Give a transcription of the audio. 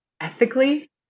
ethically